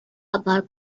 about